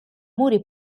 muri